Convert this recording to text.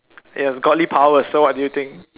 yes godly powers so what do you think